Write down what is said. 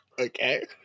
Okay